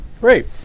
Great